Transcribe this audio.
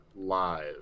live